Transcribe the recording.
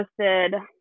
posted